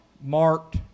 marked